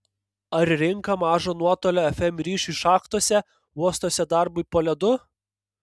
ar rinka mažo nuotolio fm ryšiui šachtose uostuose darbui po ledu